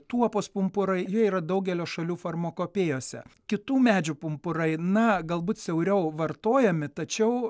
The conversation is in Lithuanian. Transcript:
tuopos pumpurai jie yra daugelio šalių farmakopėjose kitų medžių pumpurai na galbūt siauriau vartojami tačiau